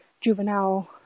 juvenile